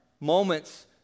moments